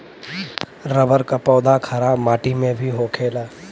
rubber क पौधा खराब माटी में भी होखेला